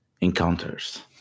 encounters